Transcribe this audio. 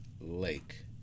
Lake